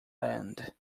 land